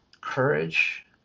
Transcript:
courage